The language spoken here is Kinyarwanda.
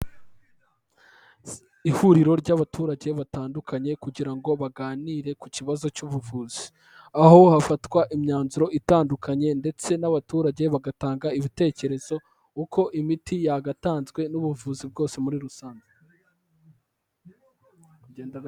Ihuriro ry'abaturage batandukanye kugira ngo baganire ku kibazo cy'ubuvuzi, aho hafatwa imyanzuro itandukanye ndetse n'abaturage bagatanga ibitekerezo, uko imiti yagatanzwe n'ubuvuzi bwose muri rusange.